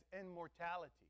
immortality